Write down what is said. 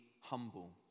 humble